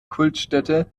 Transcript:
kultstätte